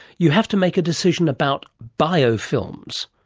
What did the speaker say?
you have to make a decision about biofilms.